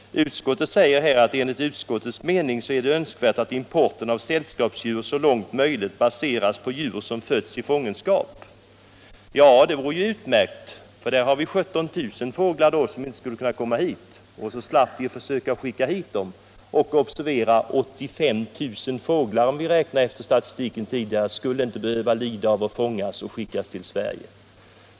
Utskottet säger att det enligt dess mening är ”önskvärt att importen av sällskapsdjur så långt möjligt baseras på djur som fötts i fångenskap”. Det är ju en utmärkt tanke. Då vore det 17 000 fåglar som man slapp skicka hit. Och observera att det är 85 000 fåglar om vi räknar efter statistiken, som inte skulle behöva lida av att fångas och sändas till Sverige.